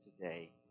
today